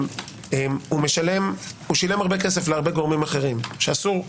הוא שילם הרבה כסף להרבה גורמים אחרים שזה אסור,